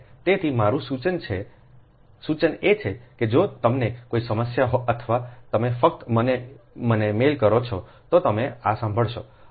તેથી મારો સૂચન એ છે કે જો તમને કોઈ સમસ્યા હોય અથવા તમે ફક્ત મને મને મેઇલ કરો છો તો તમે આ સાંભળશો